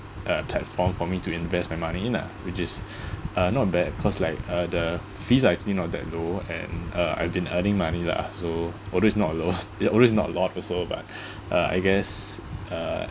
a platform for me to invest my money lah which is uh not bad cause like uh the fees are actually not that low and uh I've been earning money lah so although it's not a lot it's although it's not a lot also but uh I guess uh